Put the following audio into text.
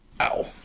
ow